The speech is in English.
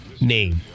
name